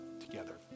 together